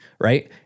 right